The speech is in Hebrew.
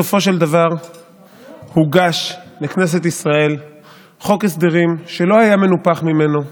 בסופו של דבר הוגש לכנסת ישראל חוק הסדרים שלא היה מנופח ממנו,